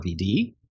RVD